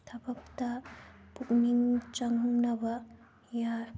ꯊꯕꯛꯇ ꯄꯨꯛꯅꯤꯡ ꯆꯪꯅꯕ ꯌꯥꯏ